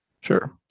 Sure